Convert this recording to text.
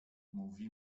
mówi